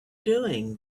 doing